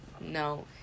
No